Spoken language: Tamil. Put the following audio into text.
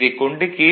இதைக் கொண்டு கே